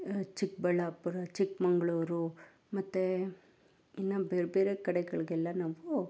ಚಿಕ್ಕಬಳ್ಳಾಪುರ ಚಿಕ್ಕಮಗ್ಳೂರು ಮತ್ತೆ ಇನ್ನು ಬೇರೆ ಬೇರೆ ಕಡೆಗಳಿಗೆಲ್ಲ ನಾವು